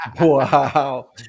Wow